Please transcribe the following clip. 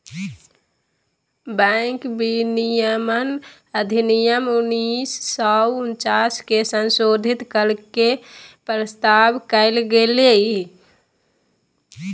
bank विनियमन अधिनियम उन्नीस सौ उनचास के संशोधित कर के के प्रस्ताव कइल गेलय